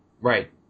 Right